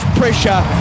pressure